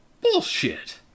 bullshit